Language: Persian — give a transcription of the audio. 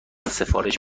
سفارش